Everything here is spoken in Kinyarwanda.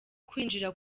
kwinjira